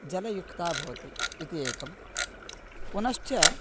जलयुक्ता भवति इति एकं पुनश्च